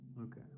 Okay